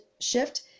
shift